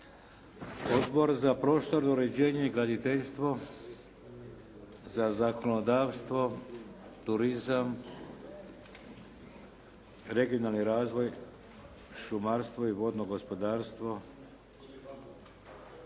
Odbor za prostorno uređenje i graditeljstvo? Za zakonodavstvo? Turizam? Regionalni razvoj? Šumarstvo i vodno gospodarstvo?